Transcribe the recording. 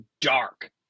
dark